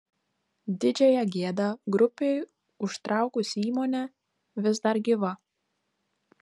didžiąją gėdą grupei užtraukusi įmonė vis dar gyva